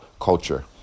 culture